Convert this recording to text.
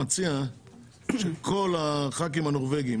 אני מציע שכל חברי הכנסת הנורבגים,